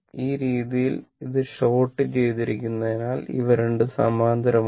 ഈ രീതിയിൽ ഇത് ഷോർട് ചെയ്തിരിക്കുന്നതിനാൽ ഇവ രണ്ടും സമാന്തരമാണ്